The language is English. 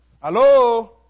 Hello